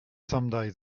someday